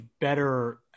better